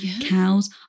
cows